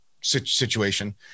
situation